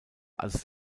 als